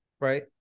right